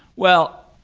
well,